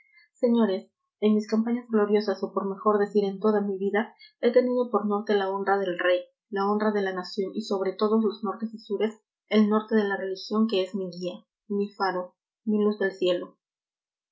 señores en mis campañas gloriosas o por mejor decir en toda mi vida he tenido por norte la honra del rey la honra de la nación y sobre todos los nortes y sures el norte de la religión que es mi guía mi faro mi luz del cielo